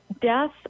death